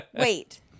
Wait